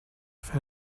fer